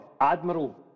Admiral